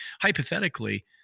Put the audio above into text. hypothetically